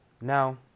Now